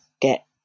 get